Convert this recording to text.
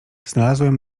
znalazłem